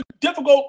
difficult